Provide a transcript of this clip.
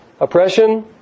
oppression